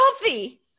healthy